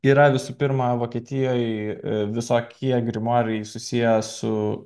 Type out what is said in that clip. yra visų pirma vokietijoj visokie grimuarai susiję su